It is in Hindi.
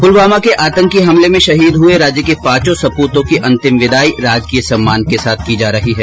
पुलवामा के आतंकी हमले में शहीद हुए राज्य के पांचों सपूतों की अंतिम विदाई राजकीय सम्मान के साथ की जा रही है